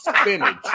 spinach